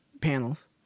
panels